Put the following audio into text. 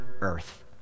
earth